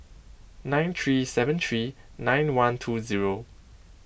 nine three seven three nine one two zero